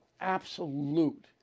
absolute